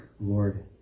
Lord